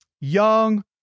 young